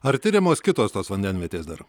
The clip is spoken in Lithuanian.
ar tiriamos kitos tos vandenvietės dar